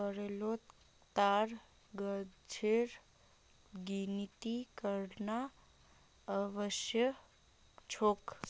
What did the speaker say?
केरलोत ताड़ गाछेर गिनिती करना असम्भव छोक